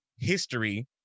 History